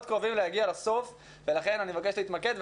קרובים להגיע לסוף ולכן אני מבקש להתמקד.